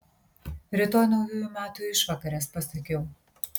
rytoj naujųjų metų išvakarės pasakiau